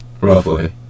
Roughly